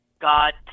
God